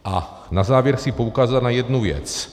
A na závěr chci poukázat na jednu věc.